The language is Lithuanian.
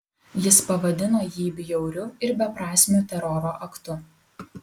jis pavadino jį bjauriu ir beprasmiu teroro aktu